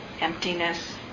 emptiness